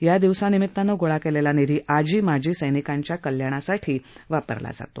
या दिवसानिमित्तानं गोळा केलेला निधी आजी माजी सैनिकांच्या कल्याणासाठी वापरला जातो